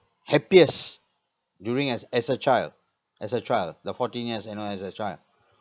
happiest during as as a child as a child the fourteen years you know as a child